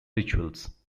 rituals